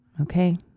Okay